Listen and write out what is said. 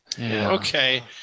Okay